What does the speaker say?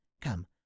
Come